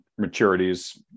maturities